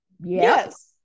Yes